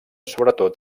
sobretot